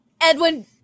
Edwin